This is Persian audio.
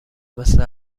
مثل